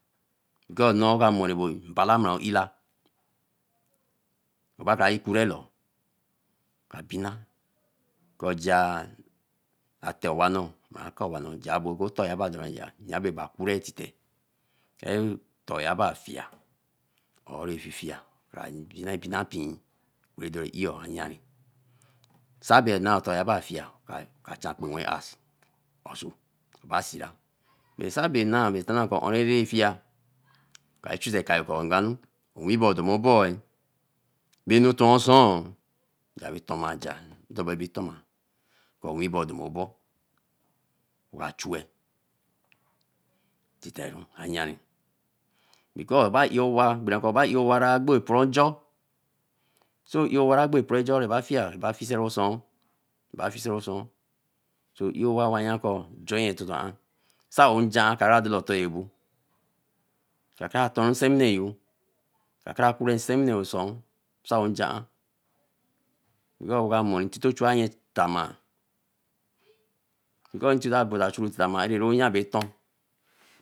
Nko nno ka orebo napala bo ila, oba kai kure lo babina ko ja ate awa nno bãa ko owa nja bão ko oto dore aya be ban kure ntite. oto nyaba fia or re fifica rai bie bina mpi re dore io wai ya sa be note ata ya ba fia ka cha lapewe ca loso ami ba sira be sa be noa be tana be co be fia kai chu se kayo ko ngwany ekpi bo domoboe benu too oso nga be toma ajaa ndo be loma ko owing bai do mo bo wa clue titeru aya, ber ko ap owa bere ko ayi owa lei gbo ekporo njo So ei owa be occa bara gbo ekparo njo Kporrejo bai fai ba fise oso, e bai fise osõo so ei owa wai ya aa nsa áo nje ko toton Joi gee áa ka kara toi to ebo ka käa tui nsewine yo ka kara Kipore insewine yo oso nsa yo nje da because ãõo ka mo ntũto chu aye tama nka tita chu aye na be tõon